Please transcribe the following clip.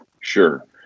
Sure